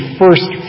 first